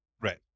right